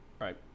right